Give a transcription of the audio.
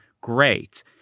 great